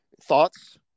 thoughts